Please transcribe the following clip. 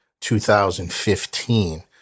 2015